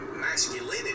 masculinity